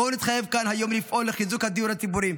בואו נתחייב כאן היום לפעול לחיזוק הדיור הציבורי.